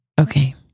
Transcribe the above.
Okay